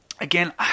again